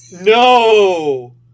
No